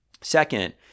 Second